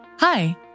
Hi